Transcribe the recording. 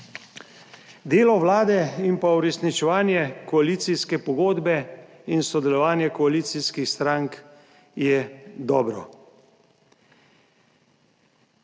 Delo Vlade in pa uresničevanje koalicijske pogodbe in sodelovanje koalicijskih strank je dobro.